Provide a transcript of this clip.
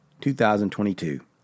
2022